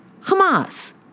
Hamas